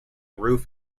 roof